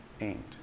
aimed